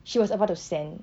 she was about to send